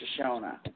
Shoshona